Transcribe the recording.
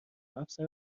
افسر